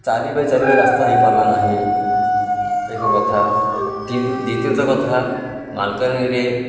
ଚାରି ବାଇ ଚାରି ବାଇ ରାସ୍ତା ହେଇପାରିଲା ନାହିଁ ଏକ କଥା ଦ୍ୱିତୀୟତଃ କଥା ମାଲକାନଗିରିରେ